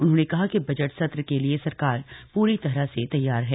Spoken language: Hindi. उन्होंने कहा कि बजट सत्र के लिए सरकार पूरी तरह तैयार है